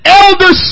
elder